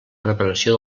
preparació